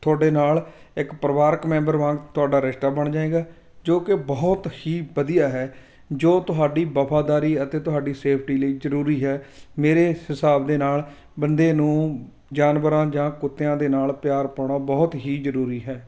ਤੁਹਾਡੇ ਨਾਲ ਇੱਕ ਪਰਿਵਾਰਕ ਮੈਂਬਰ ਵਾਂਗ ਤੁਹਾਡਾ ਰਿਸ਼ਤਾ ਬਣ ਜਾਏਗਾ ਜੋ ਕਿ ਬਹੁਤ ਹੀ ਵਧੀਆ ਹੈ ਜੋ ਤੁਹਾਡੀ ਵਫਾਦਾਰੀ ਅਤੇ ਤੁਹਾਡੀ ਸੇਫਟੀ ਲਈ ਜ਼ਰੂਰੀ ਹੈ ਮੇਰੇ ਹਿਸਾਬ ਦੇ ਨਾਲ ਬੰਦੇ ਨੂੰ ਜਾਨਵਰਾਂ ਜਾਂ ਕੁੱਤਿਆਂ ਦੇ ਨਾਲ ਪਿਆਰ ਪਾਉਣਾ ਬਹੁਤ ਹੀ ਜ਼ਰੂਰੀ ਹੈ